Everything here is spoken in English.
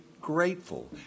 grateful